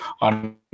on